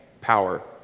power